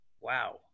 Wow